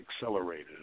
accelerators